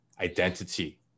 identity